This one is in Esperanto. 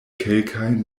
kelkajn